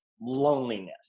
loneliness